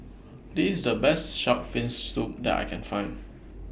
This IS The Best Shark's Fin Soup that I Can Find